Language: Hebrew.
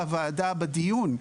בדיון בוועדה,